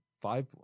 five